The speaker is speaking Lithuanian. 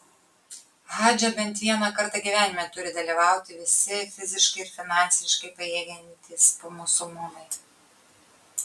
hadže bent vieną kartą gyvenime turi dalyvauti visi fiziškai ir finansiškai pajėgiantys musulmonai